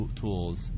tools